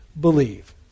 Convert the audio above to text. believe